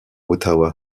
ottawa